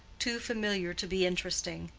too familiar to be interesting.